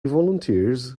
volunteers